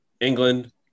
England